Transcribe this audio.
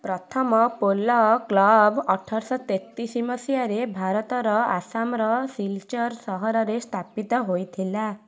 ପ୍ରଥମ polo club ଅଠରଶହ ତେତିଶ ମସିହାରେ ଭାରତର ଆସାମର ସିଲଚର ସହରରେ ସ୍ଥାପିତ ହୋଇଥିଲା